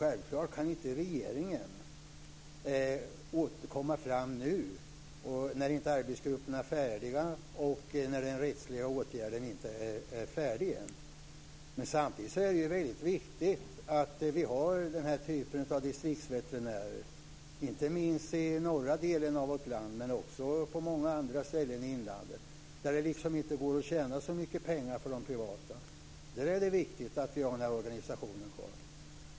Självklart kan inte regeringen komma fram med besked nu när arbetsgruppen och den rättsliga prövningen inte är färdiga än. Samtidigt är det väldigt viktigt att vi har den här typen av distriktsveterinärer, inte minst i norra delen av vårt land men också på många andra ställen i inlandet, där det inte går att tjäna så mycket pengar för de privata. Där är det viktigt att vi har den här organisationen kvar.